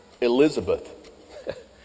Elizabeth